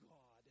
God